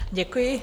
Děkuji.